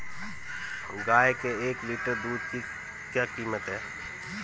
गाय के एक लीटर दूध की क्या कीमत है?